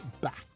back